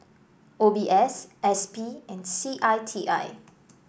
O B S S P and C I T I